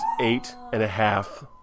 eight-and-a-half